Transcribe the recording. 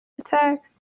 attacks